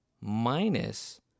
minus